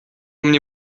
mnie